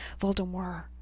Voldemort